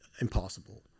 impossible